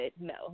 no